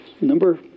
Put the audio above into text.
Number